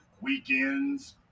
weekends